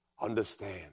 understand